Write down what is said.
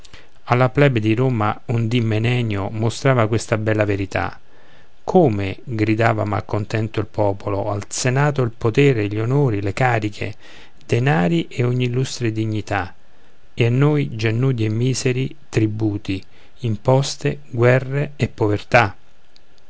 alla plebe di roma un dì menenio mostrava questa bella verità come gridava malcontento il popolo al senato il poter gli onor le cariche denari ed ogni illustre dignità e a noi già nudi e miseri tributi imposte guerre e povertà